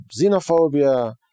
xenophobia